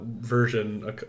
version